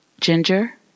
Ginger